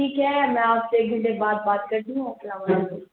ٹھیک ہے میں آپ سے ایک گھنٹے بعد بات کرتی ہوں السلام علیکم